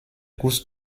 courses